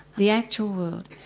the actual world.